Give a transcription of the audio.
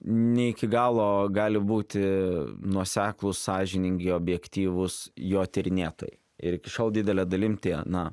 ne iki galo gali būti nuoseklūs sąžiningi objektyvūs jo tyrinėtojai ir iki šiol didele dalim na